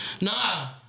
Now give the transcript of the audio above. Nah